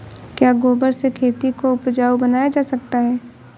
क्या गोबर से खेती को उपजाउ बनाया जा सकता है?